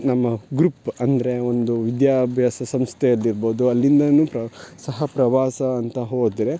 ನಮ್ಮ ಗ್ರೂಪ್ ಅಂದರೆ ಒಂದು ವಿದ್ಯಾಭ್ಯಾಸ ಸಂಸ್ಥೆಯಲ್ಲಿ ಇರ್ಬಹ್ದು ಅಲ್ಲಿಂದಲೂ ಪ್ರಾ ಸಹ ಪ್ರವಾಸ ಅಂತ ಹೋದರೆ